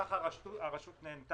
כך הרשות נהנית